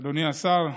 אדוני השר,